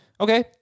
Okay